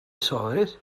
solid